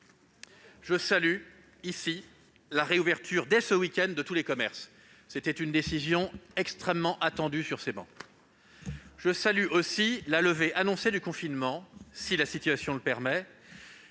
Je salue ici la réouverture, dès ce week-end, de tous les commerces : c'était une décision extrêmement attendue sur ces travées. Je salue aussi l'annonce de la levée du confinement, si la situation le permet,